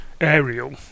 Aerial